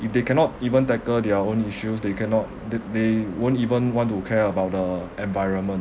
if they cannot even tackle their own issues they cannot th~ they won't even want to care about the environment